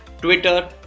Twitter